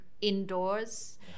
indoors